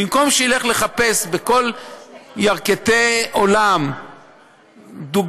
במקום שילך לחפש בכל ירכתי עולם דוגמאות